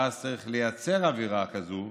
ואז צריך לייצר אווירה כזאת.